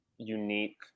unique